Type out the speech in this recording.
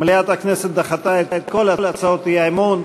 מליאת הכנסת דחתה את כל הצעות האי-אמון.